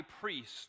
priest